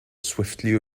swiftly